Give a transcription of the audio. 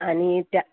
आणि त्या